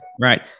right